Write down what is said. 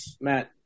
Matt